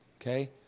okay